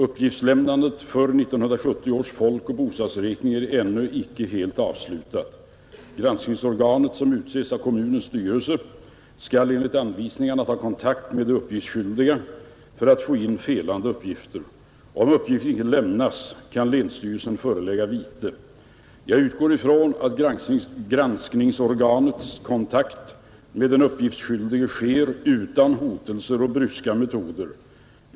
Uppgiftslämnandet för 1970 års folkoch bostadsräkning är ännu ej helt avslutat. Granskningsorganet, som utses av kommunens styrelse, skall enligt anvisningarna ta kontakt med de uppgiftsskyldiga för att få in felande uppgifter. Om uppgift inte lämnas, kan länsstyrelsen förelägga vite. Jag utgår ifrån att granskningsorganets kontakt med den uppgiftsskyldige sker utan hotelser och bryska metoder.